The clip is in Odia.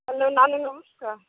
ହ୍ୟାଲୋ ନାନୀ ନମସ୍କାର୍